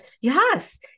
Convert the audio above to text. Yes